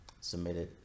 submitted